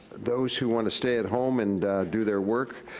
those who want to stay at home and do their work,